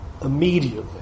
Immediately